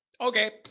Okay